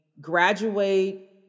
graduate